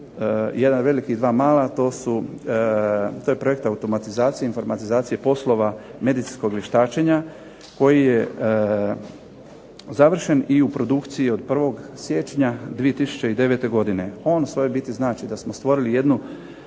jedan veliki i dva mala, to su, to je projekt automatizacije i informatizacije poslova medicinskog vještačenja, koji je završen i u produkciji od 1. siječnja 2009. godine. On u svojoj biti znači da smo stvorili jednu